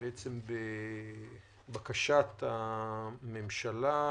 בבקשת הממשלה